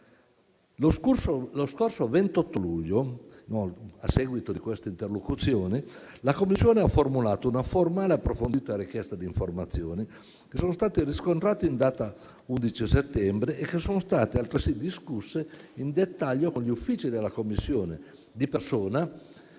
Lo scorso 28 luglio, a seguito di questa interlocuzione, la Commissione ha formulato una formale e approfondita richiesta di informazioni che sono state riscontrate in data 11 settembre e che sono state altresì discusse in dettaglio con gli uffici della Commissione di persona